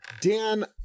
Dan